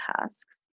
tasks